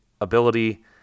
ability